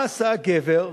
מה עשה הגבר?